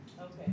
okay